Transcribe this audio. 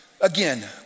again